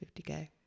50K